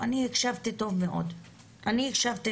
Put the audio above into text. אני הקשבתי טוב מאוד.